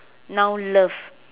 now love